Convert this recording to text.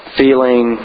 feeling